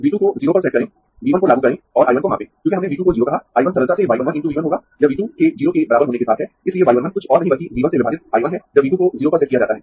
V 2 को 0 पर set करें V 1 को लागू करें और I 1 को मापें क्योंकि हमने V 2 को 0 कहा I 1 सरलता से y 1 1 × V 1 होगा यह V 2 के 0 के बराबर होने के साथ है इसलिए y 1 1 कुछ और नहीं बल्कि V 1 से विभाजित I 1 है जब V 2 को 0 पर सेट किया जाता है